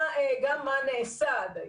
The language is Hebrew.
גם מה נעשה עד היום.